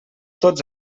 tots